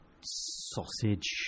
sausage